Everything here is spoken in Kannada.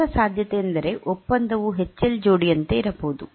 ಇತರ ಸಾಧ್ಯತೆಯೆಂದರೆ ಒಪ್ಪಂದವು ಎಚ್ಎಲ್ ಜೋಡಿಯಂತೆ ಇರಬಹುದು